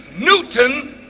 Newton